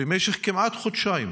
במשך כמעט חודשיים,